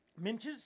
Minches